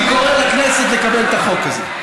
אני קורא לכנסת לקבל את החוק הזה.